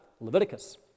Leviticus